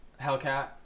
Hellcat